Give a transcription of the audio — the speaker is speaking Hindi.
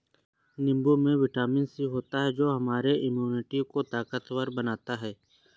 नींबू में विटामिन सी होता है जो हमारे इम्यूनिटी को ताकतवर बनाता है